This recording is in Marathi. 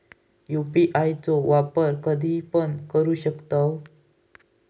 यू.पी.आय चो वापर कधीपण करू शकतव?